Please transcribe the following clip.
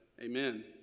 Amen